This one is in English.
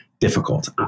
difficult